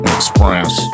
Express